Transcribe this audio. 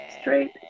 Straight